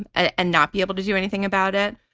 and ah and not be able to do anything about it.